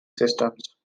systems